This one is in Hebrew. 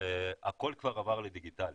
הכול כבר עבר לדיגיטלי,